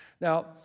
Now